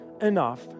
enough